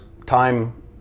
time